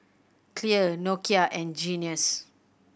Clear Nokia and Guinness